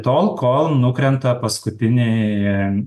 tol kol nukrenta paskutiniai